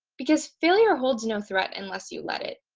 because failure holds no threat unless you let it.